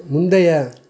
முந்தைய